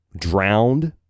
drowned